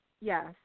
yes